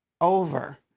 over